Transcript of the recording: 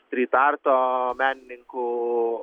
stryt arto menininkų